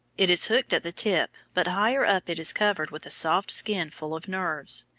it is hooked at the tip, but higher up it is covered with a soft skin full of nerves.